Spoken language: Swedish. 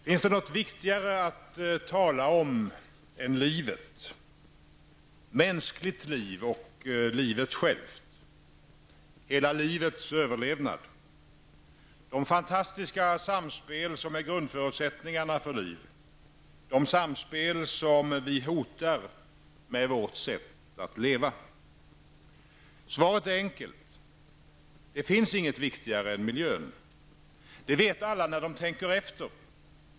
Fru talman! Finns det något viktigare att tala om än livet? Mänskligt liv och livet självt? Hela livets överlevnad. De fantastiska samspel som är grundförutsättningarna för liv. De samspel som vi hotar med vårt sätt att leva. Svaret är enkelt! Det finns inget viktigare än miljön. Det vet alla när de tänker efter.